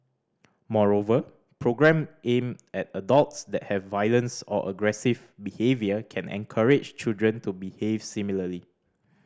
moreover programme aimed at adults that have violence or aggressive behaviour can encourage children to behave similarly